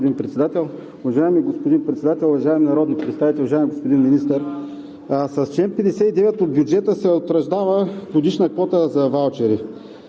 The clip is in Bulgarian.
Уважаеми господин Председател, уважаеми народни представители, уважаеми господин Министър! С чл. 59 от бюджета се утвърждава годишна квота за ваучери.